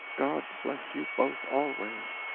god bless you both always!